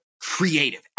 creative